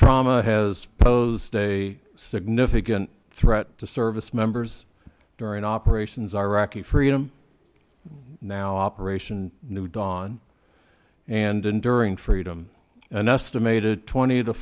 trauma has posed a significant threat to service members during operations iraqi freedom now operation new dawn and enduring freedom an estimated twenty to